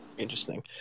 interesting